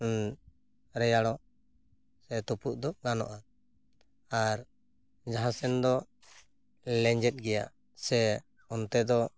ᱨᱮᱭᱟᱲᱚᱜ ᱥᱮ ᱛᱩᱯᱩᱜ ᱫᱚ ᱜᱟᱱᱚᱜᱼᱟ ᱟᱨ ᱡᱟᱦᱟᱸ ᱥᱮᱱ ᱫᱚ ᱞᱮᱡᱮᱫ ᱜᱮᱭᱟ ᱥᱮ ᱚᱱᱛᱮ ᱫᱚ